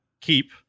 keep